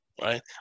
right